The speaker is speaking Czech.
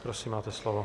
Prosím, máte slovo.